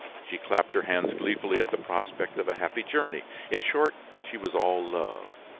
she clapped her hands gleefully at the prospect of a happy journey in short, she was all love,